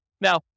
Now